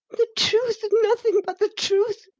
the truth, nothing but the truth!